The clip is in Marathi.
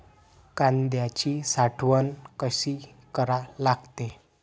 कांद्याची साठवन कसी करा लागते?